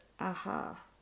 aha